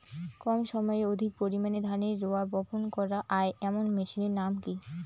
কম সময়ে অধিক পরিমাণে ধানের রোয়া বপন করা য়ায় এমন মেশিনের নাম কি?